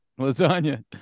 Lasagna